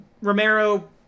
Romero